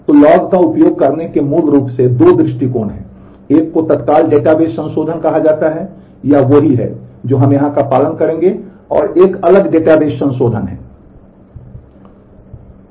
तो लॉग का उपयोग करने के मूल रूप से दो दृष्टिकोण हैं एक को तत्काल डेटाबेस संशोधन कहा जाता है यह वही है जो हम यहां का पालन करेंगे और एक अलग डेटाबेस संशोधन है